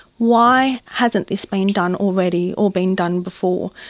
why hasn't this been done already or been done before?